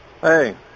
hey